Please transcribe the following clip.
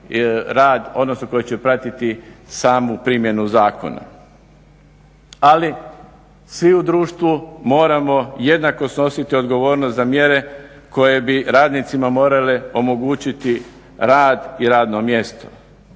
odnosno koji će pratiti samu primjenu zakona. ali svi u društvu moramo jednako snositi odgovornost za mjere koje bi radnicima morale omogućiti rad i radno mjesto.